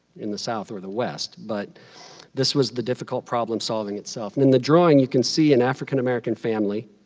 in the south or the west, but this was the difficult problem solving itself. and in the drawing, you can see an african american family,